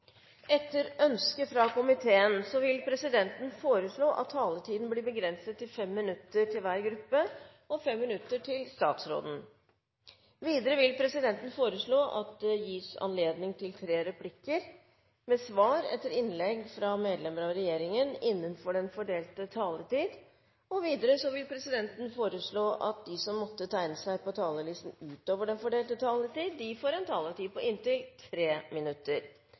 Etter ønske fra finanskomiteen vil presidenten foreslå at taletiden blir begrenset til 5 minutter til hver gruppe og 5 minutter til statsråden. Videre vil presidenten foreslå at det blir gitt anledning til tre replikker med svar etter innlegg fra medlemmer av regjeringen innenfor den fordelte taletid. Videre vil presidenten foreslå at de som måtte tegne seg på talerlisten utover den fordelte taletid, får en taletid på inntil 3 minutter.